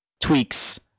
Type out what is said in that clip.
tweaks